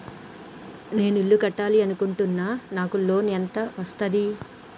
నేను ఇల్లు కట్టాలి అనుకుంటున్నా? నాకు లోన్ ఎంత వస్తది?